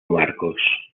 marcos